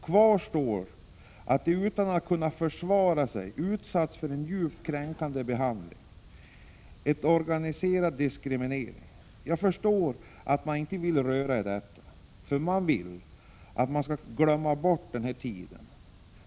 Kvar står att de utan att kunna försvara sig har utsatts för en djupt kränkande behandling, en organiserad diskriminering. Jag förstår att man inte vill röra i detta, för man vill att vi skall glömma bort den här tiden.